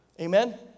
Amen